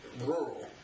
rural